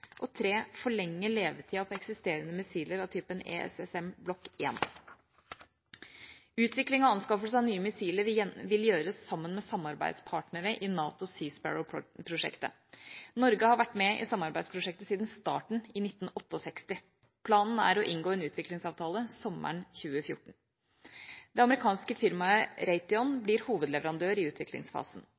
levetida til eksisterende missiler av typen ESSM Block 1 Utvikling og anskaffelse av nye missiler vil gjøres sammen med samarbeidspartnere i NATOs Sea Sparrow-prosjekt. Norge har vært med i samarbeidsprosjektet siden starten i 1968. Planen er å inngå en utviklingsavtale sommeren 2014. Det amerikanske firmaet Raytheon blir hovedleverandør i utviklingsfasen.